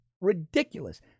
ridiculous